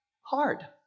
hard